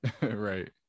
Right